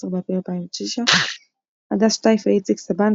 10 באפריל 2009 הדס שטייף ואיציק סבן,